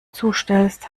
zustellst